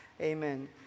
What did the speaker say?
amen